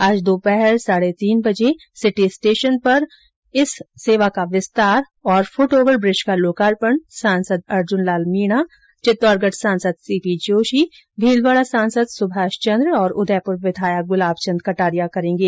आज दोपहर साढे तीन बजे सिटी स्टेशन पर इस एक्सप्रेस का उदयपुर तक का विस्तार और फुटओवर ब्रिज का लोकार्पण सांसद अर्जुन लाल मीणा चित्तौड़गढ़ सांसद सीपी जोशी भीलवाड़ा सांसद सुभाष चंद्र और उदयपुर विधायक गुलाबचंद कटारिया करेंगे